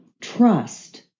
trust